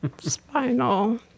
spinal